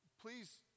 Please